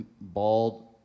bald